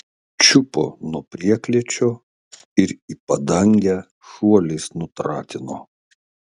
čiupo nuo prieklėčio ir į padangę šuoliais nutratino